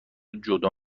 جدا